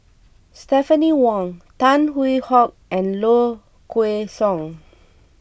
Stephanie Wong Tan Hwee Hock and Low Kway Song